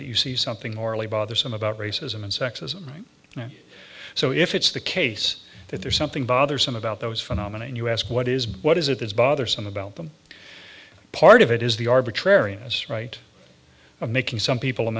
that you see something morally bothersome about racism and sexism and so if it's the case that there's something bothersome about those phenomena and you ask what is what is it is bothersome about them part of it is the arbitrariness right of making some people a